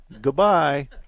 Goodbye